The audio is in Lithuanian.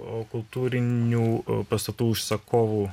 o kultūrinių pastatų užsakovų